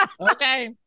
Okay